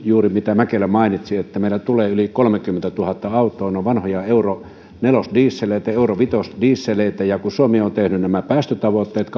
juuri ne mitkä mäkelä mainitsi eli että meille tulee yli kolmekymmentätuhatta autoa ja ne ovat vanhoja euro neljä dieseleitä euro viisi dieseleitä ja kun suomi on tehnyt nämä päästötavoitteet